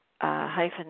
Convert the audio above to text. hyphen